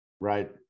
right